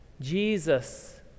Jesus